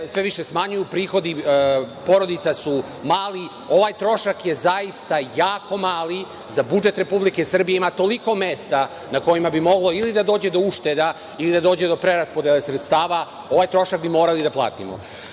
sve više smanjuju. Prihodi porodica su mali. Ovaj trošak je zaista jako mali za budžet Republike Srbije i tu ima toliko mesta gde bi moglo da dođe do ušteda ili da dođe do preraspodele sredstava, ovaj trošak bi morali da platimo.U